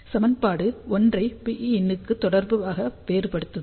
சமன்பாடு 1 ஐ Pin க்கு தொடர்பாக வேறுபடுத்துங்கள்